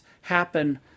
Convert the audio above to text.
happen